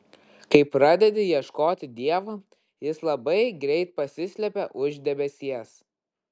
kai pradedi ieškoti dievo jis labai greit pasislepia už debesies